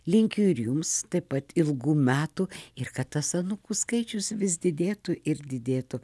linkiu ir jums taip pat ilgų metų ir kad tas anūkų skaičius vis didėtų ir didėtų